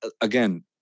again